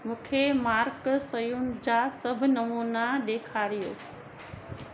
मूंखे मार्क शयुनि जा सभु नमूना ॾेखारियो